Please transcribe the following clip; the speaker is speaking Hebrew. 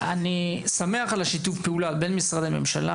אני שמח על שיתוף פעולה בין משרדי ממשלה